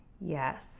yes